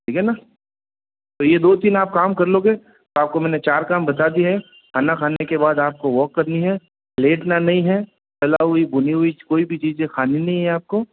ठीक है ना तो ये दो तीन आप काम कर लोगे तो आपको मैंने चार काम बता दिए है खाना खाने के बाद आपको वॉक करनी है लेटना नहीं है तला हुई भुनी हुई कोई भी चीज़ें खानी नहीं है आपको